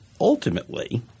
ultimately